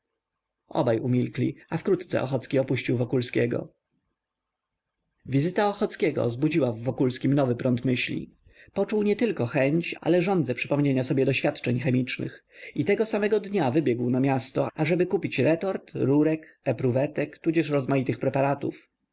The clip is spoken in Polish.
obaj umilkli a wkrótce ochocki opuścił wokulskiego wizyta ochockiego zbudziła w wokulskim nowy prąd myśli poczuł nietylko chęć ale żądzę przypomnienia sobie doświadczeń chemicznych i tego samego dnia wybiegł na miasto ażeby kupić retort rurek epruwetek tudzież rozmaitych preparatów